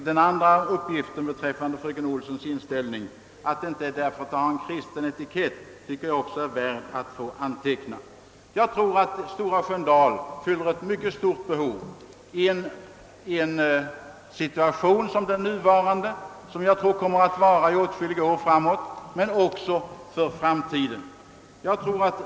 Den andra uppgiften, att fröken Olssons inställning inte grundar sig på att institutet har en kristen etikett, tycker jag också är värd att få antecknad. Jag tror att Stora Sköndal fyller ett mycket stort behov både i en situation som den nuvarande — vilken säkerligen kan bestå åtskilliga år — och för framtiden.